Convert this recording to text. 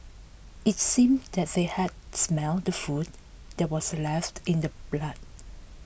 it seemed that they had smelt the food that was left in the blood